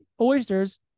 Oysters